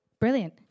Brilliant